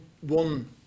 one